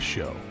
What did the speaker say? Show